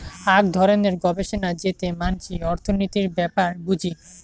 আক ধরণের গবেষণা যেতে মানসি অর্থনীতির ব্যাপার বুঝি